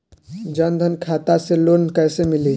जन धन खाता से लोन कैसे मिली?